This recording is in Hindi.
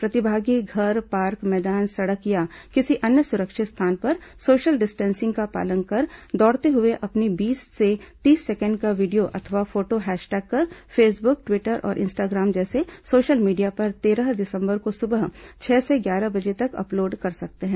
प्रतिभागी घर पार्क मैदान सड़क या किसी अन्य सुरिक्षत स्थान पर सोशल डिस्टिंसिंग का पालन कर दौड़ते हुए अपनी बीस से तीस सेकेंड का वीडियो अथवा फोटो हैशटैग कर फेसबुक ट्वीटर और इंस्टाग्राम जैसे सोशल मीडिया पर तेरह दिसंबर को सुबह छह से ग्यारह बजे तक अपलोड कर सकते हैं